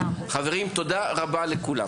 חברים, תודה רבה לכולם.